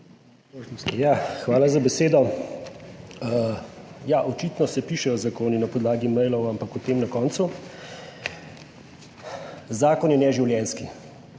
hvala za besedo. Ja, očitno se pišejo zakoni na podlagi mailov, ampak o tem na koncu. Zakon je neživljenjski,